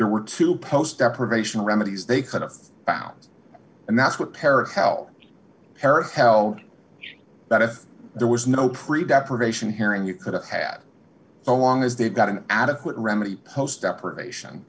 there were two post deprivation remedies they could've found and that's what paris helped paris held that if there was no pre deprivation hearing you could have had so long as they've got an adequate remedy post deprivation